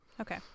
Okay